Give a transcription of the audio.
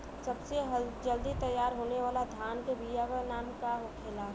सबसे जल्दी तैयार होने वाला धान के बिया का का नाम होखेला?